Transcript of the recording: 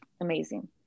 amazing